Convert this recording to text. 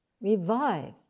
Revive